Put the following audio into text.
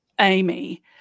amy